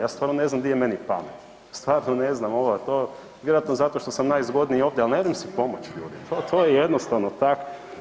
Ja stvarno ne znam di je meni pamet, stvarno ne znam, vjerojatno zato što sam najzgodniji ovdje, ali nemrem si pomoć, to je jednostavno tak.